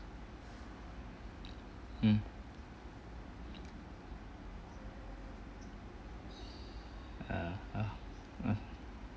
mm uh uh